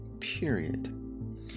period